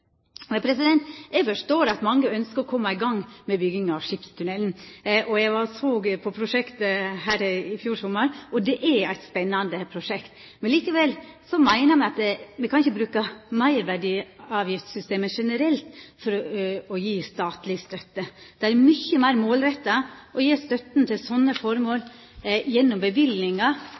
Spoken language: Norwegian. eg ser det. Eg forstår at mange ønskjer å koma i gang med bygging av skipstunnelen. Eg var og såg på prosjektet i fjor sommar, og det er eit spennande prosjekt. Likevel meiner me at me ikkje kan bruka meirverdiavgiftssystemet generelt for å gje statleg støtte. Det er mykje meir målretta å gje støtta til slike formål gjennom